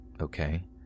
okay